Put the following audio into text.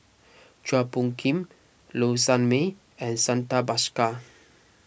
Chua Phung Kim Low Sanmay and Santha Bhaskar